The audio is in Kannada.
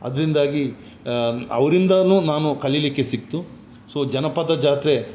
ಅದರಿಂದಾಗಿ ಅವರಿಂದನು ನಾನು ಕಲಿಲಿಕ್ಕೆ ಸಿಕ್ತು ಸೊ ಜನಪದ ಜಾತ್ರೆ